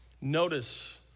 Notice